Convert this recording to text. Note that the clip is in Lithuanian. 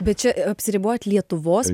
bet čia apsiribojat lietuvos